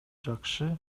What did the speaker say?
жакшы